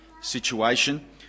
situation